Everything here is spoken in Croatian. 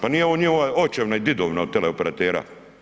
Pa nije ovo njihova očevina i didovina od teleoperatera.